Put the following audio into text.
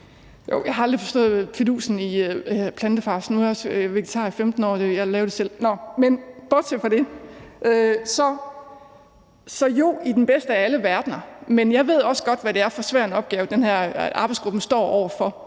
Jo, jeg har aldrig forstået fidusen i plantefars. Nu har jeg været vegetar i 15 år, og jeg laver det selv. Men bortset fra det vil jeg sige: Jo, i den bedste af alle verdener, men jeg ved også godt, hvad det er for en svær opgave, den her arbejdsgruppe står over for.